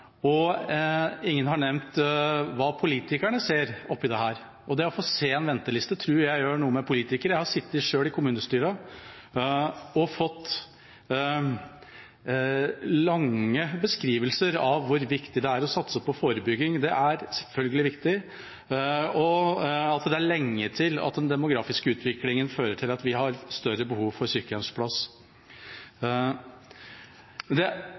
kommunene. Ingen har nevnt hva politikerne ser i dette, og det å få se en venteliste tror jeg gjør noe med politikere. Jeg har selv sittet i kommunestyrer og fått lange beskrivelser av hvor viktig det er å satse på forebygging – det er selvfølgelig viktig – og at det er lenge til den demografiske utviklingen fører til at vi har større behov for sykehjemsplass. Det